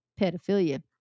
pedophilia